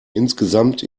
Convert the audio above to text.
insgesamt